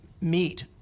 meet